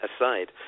aside